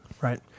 Right